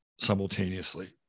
simultaneously